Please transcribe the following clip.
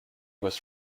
was